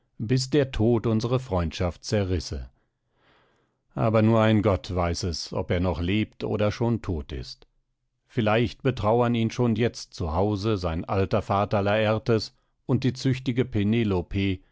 bis der tod unsere freundschaft zerrisse aber nur ein gott weiß es ob er noch lebt oder schon tot ist vielleicht betrauern ihn schon jetzt zu hause sein alter vater lartes und die züchtige penelope